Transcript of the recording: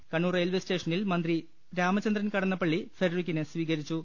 Kannur railway സ്റ്റേഷനിൽ മന്ത്രി രാമചന്ദ്രൻ കടന്നപ്പള്ളി ഫെഡറിക്കിനെ സ്വീകരിച്ചു